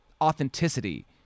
authenticity